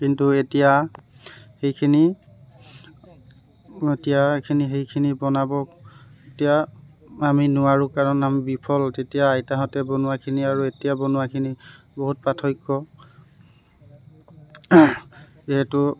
কিন্তু এতিয়া সেইখিনি এতিয়া সেইখিনি বনাব এতিয়া আমি নোৱাৰোঁ কাৰণ আমি বিফল তেতিয়া আইতাহঁতে বনোৱাখিনি আৰু এতিয়া বনোৱাখিনি বহুত পাৰ্থক্য যিহেতু